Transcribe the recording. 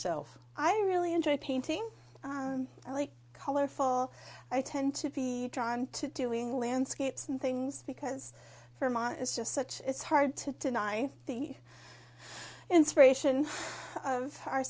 yourself i really enjoy painting i like colorful i tend to be drawn to doing landscapes and things because for mine is just such it's hard to deny the inspiration of our